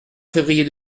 février